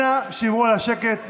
אנא שמרו על השקט.